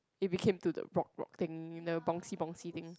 it became to a broke broke thing you know bouncy bouncy thing